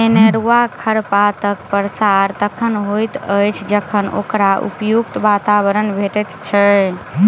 अनेरूआ खरपातक प्रसार तखन होइत अछि जखन ओकरा उपयुक्त वातावरण भेटैत छै